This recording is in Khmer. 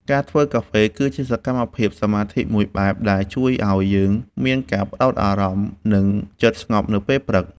ការធ្វើកាហ្វេ គឺជាសកម្មភាពសមាធិមួយបែប ដែលជួយឱ្យយើងមានការផ្ដោតអារម្មណ៍ និងចិត្តស្ងប់នៅពេលព្រឹក។